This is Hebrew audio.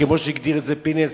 כמו שהגדיר את זה חבר הכנסת פינס,